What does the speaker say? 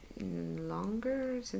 longer